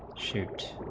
shipped